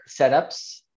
setups